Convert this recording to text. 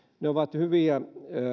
ovat hyviä